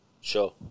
Sure